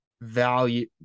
value